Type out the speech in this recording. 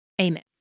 Amen